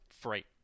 free